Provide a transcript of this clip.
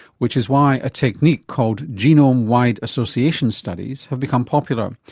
which is why a technique called genome-wide association studies have become popular.